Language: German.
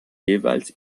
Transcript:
jeweils